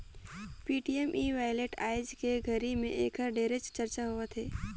Paytm e wallet आयज के घरी मे ऐखर ढेरे चरचा होवथे